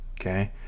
okay